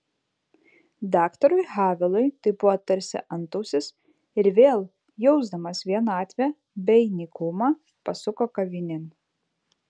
daktarui havelui tai buvo tarsi antausis ir vėl jausdamas vienatvę bei nykumą pasuko kavinėn